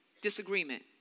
disagreement